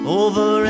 over